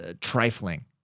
trifling